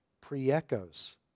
pre-echoes